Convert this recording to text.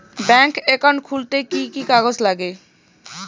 Bank account খুলতে কি কি কাগজ লাগে?